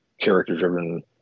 character-driven